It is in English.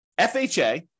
FHA